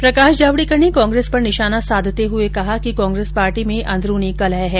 प्रकाश जावडेकर ने कांग्रेस पर निशाना साधते हुए कहा कि कांग्रेस पार्टी में अंदरूनी कलह है